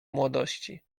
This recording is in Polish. młodości